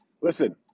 listen